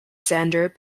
xander